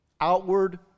Outward